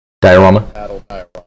diorama